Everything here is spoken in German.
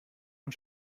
und